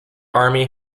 army